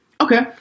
Okay